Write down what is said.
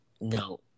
No